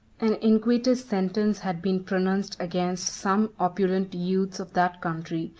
an iniquitous sentence had been pronounced against some opulent youths of that country,